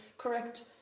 Correct